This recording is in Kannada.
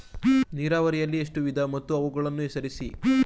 ನೀರಾವರಿಯಲ್ಲಿ ಎಷ್ಟು ವಿಧ ಮತ್ತು ಅವುಗಳನ್ನು ಹೆಸರಿಸಿ?